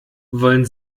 wollen